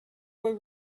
were